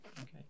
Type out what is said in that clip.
okay